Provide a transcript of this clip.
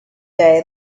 day